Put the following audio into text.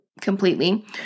completely